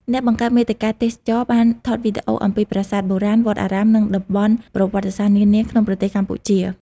អ្នកបង្កើតមាតិកាទេសចរណ៍បានថតវីដេអូអំពីប្រាសាទបុរាណ វត្តអារាម និងតំបន់ប្រវត្តិសាស្ត្រនានាក្នុងប្រទេសកម្ពុជា។